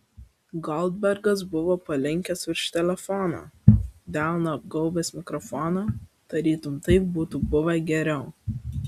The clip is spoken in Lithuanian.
goldbergas buvo palinkęs virš telefono delnu apgaubęs mikrofoną tarytum taip būtų buvę geriau